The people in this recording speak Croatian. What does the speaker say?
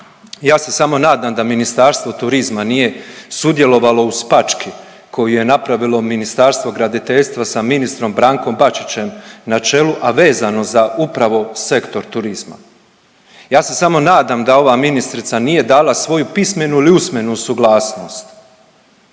Ja se samo nadam da Ministarstvo turizma nije sudjelovalo u spački koju je napravilo Ministarstvo graditeljstva sa ministrom Brankom Bačićem na čelu, a vezno za upravo sektor turizma. Ja se samo nadam da ova ministrica nije dala svoju pismenu ili usmenu suglasnost